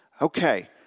Okay